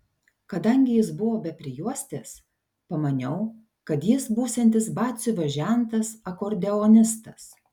kadangi jis buvo be prijuostės pamaniau kad jis būsiantis batsiuvio žentas akordeonistas